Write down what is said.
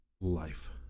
Life